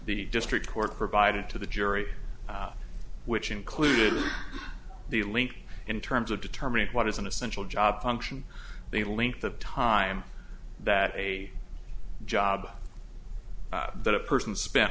the district court provided to the jury which included the link in terms of determining what is an essential job function the length of time that a job that a person spent